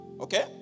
Okay